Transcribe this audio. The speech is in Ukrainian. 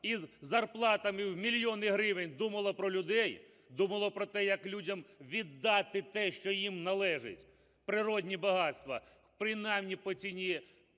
із зарплатами в мільйони гривень, думала про людей, думала про те, як людям віддати те, що їм належить – природні багатства – принаймні по ціні